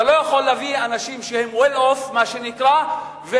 אתה לא יכול להביא אנשים שהם מה שנקרא "well off"